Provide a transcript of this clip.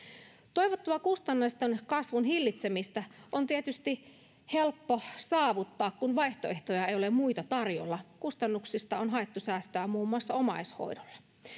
toivottua kustannusten kasvun hillitsemistä on tietysti helppo saavuttaa kun vaihtoehtoja ei ole muita tarjolla kustannuksista on haettu säästöä muun muassa omaishoidolla